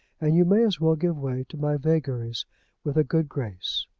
and you may as well give way to my vagaries with a good grace.